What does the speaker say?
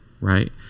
right